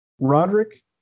Roderick